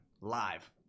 live